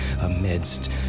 amidst